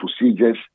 procedures